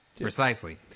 Precisely